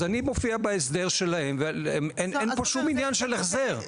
אז אני מופיע בהסדר שלהם ואין פה שום עניין של החזר.